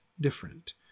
different